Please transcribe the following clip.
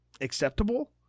acceptable